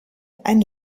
ein